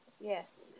Yes